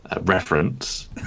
reference